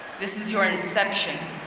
this is your inception.